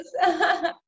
yes